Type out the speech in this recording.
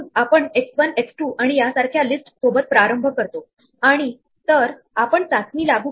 जर आपल्याला या दोन सेटचा इंटरसेक्शन विचारला तर आपल्याला हे दर्शवण्यासाठी हे अँपर्संड वापरावे लागेल